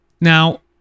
Now